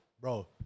Bro